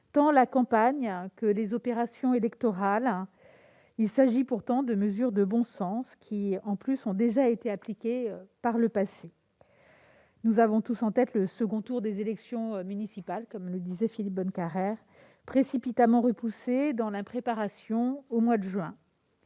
tant la campagne que les opérations électorales. Il s'agit pourtant de mesures de bon sens, qui, de surcroît, ont déjà été appliquées par le passé. Ayons tous en tête le second tour des élections municipales, comme nous y exhorte Philippe Bonnecarrère. Celles-ci ont été précipitamment reportées dans l'impréparation au mois de juin